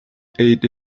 ate